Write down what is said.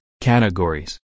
categories